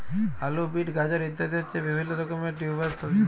আলু, বিট, গাজর ইত্যাদি হচ্ছে বিভিল্য রকমের টিউবার সবজি